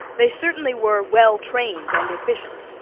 they certainly were well trained and efficient.